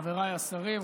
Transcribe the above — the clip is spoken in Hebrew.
חבריי השרים,